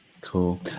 Cool